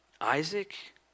Isaac